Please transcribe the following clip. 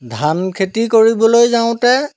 ধান খেতি কৰিবলৈ যাওতে